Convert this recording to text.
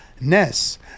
Ness